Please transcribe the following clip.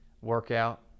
workout